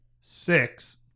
six